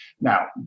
Now